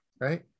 right